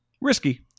risky